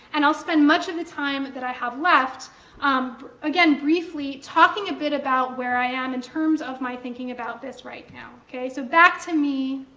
and i'll spend much of the time that i have left um again, briefly talking a bit about where i am, in terms of my thinking about this right now. so, back to me,